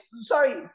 sorry